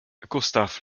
gustav